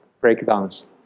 breakdowns